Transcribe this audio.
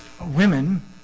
Women